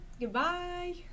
goodbye